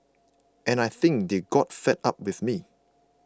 and I think they got fed up with me